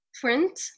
print